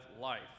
life